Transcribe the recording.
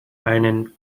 einen